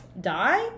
die